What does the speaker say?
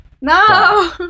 No